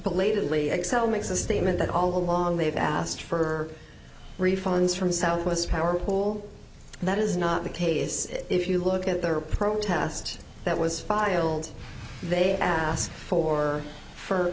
lately excel makes a statement that all along they have asked for refunds from southwest power pool that is not the case if you look at their protest that was filed they ask for f